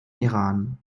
iran